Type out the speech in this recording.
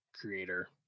creator